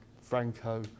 Franco